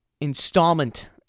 installment